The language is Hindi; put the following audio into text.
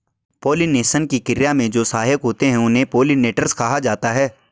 पॉलिनेशन की क्रिया में जो सहायक होते हैं उन्हें पोलिनेटर्स कहा जाता है